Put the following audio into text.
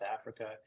Africa